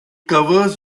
covers